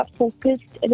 focused